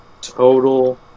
Total